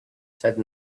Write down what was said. said